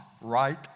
right